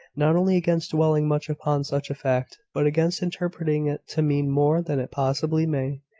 not only against dwelling much upon such a fact, but against interpreting it to mean more than it possibly may.